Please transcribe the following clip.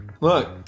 Look